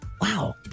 Wow